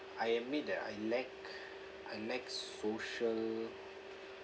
I admit that I lacked I lacked social